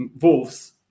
Wolves